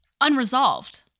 unresolved